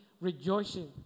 rejoicing